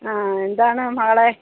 ആ എന്താണ് മകളെ